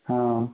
हँ